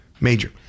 major